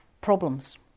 problems